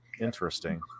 Interesting